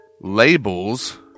labels